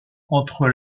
entre